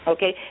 Okay